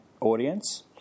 audience